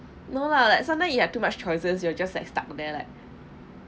no lah like sometimes you have too much choices you will just like stuck there like